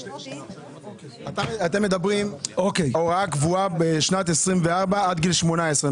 אתם מדברים הוראה קבועה בשנת 2024 עד גיל 18,